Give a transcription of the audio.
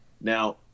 Now